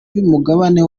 ry’umugabane